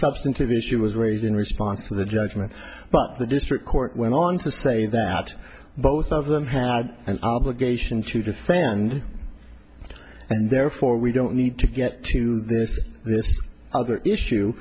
substantive issue was raised in response to the judgement but the district court went on to say that both of them had an obligation to defend and therefore we don't need to get to this this other issue